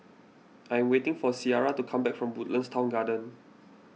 I am waiting for Ciarra to come back from Woodlands Town Garden